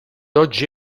oggi